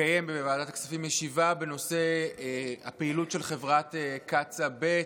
הכספים ישיבה בנושא הפעילות של חברת קצא"א ב'.